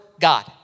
God